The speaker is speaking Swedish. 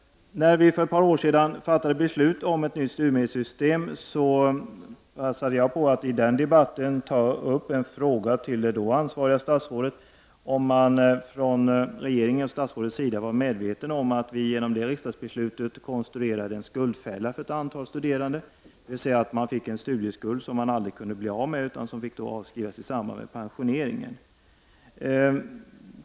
När vi för ett par år sedan fattade beslut om ett nytt studiemedelssystem passade jag på att i den debatten fråga om statsrådet var medveten om att vi genom det riksdagsbeslutet konstruerade en skuldfälla för ett antal studerande, dvs. en studieskuld som de aldrig skulle bli av med, utan som skulle få avskrivas vid deras pensionering.